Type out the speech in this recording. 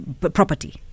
property